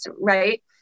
right